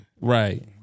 Right